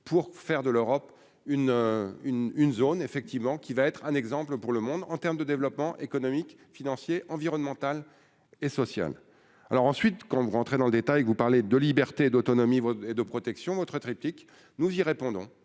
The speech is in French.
pour faire de l'Europe une une une zone, effectivement qui va être un exemple pour le monde, en terme de développement économique, financier, environnemental et social alors ensuite quand vous rentrez dans le détail, vous parlez de liberté et d'autonomie et de protection notre triptyque nous y répondons,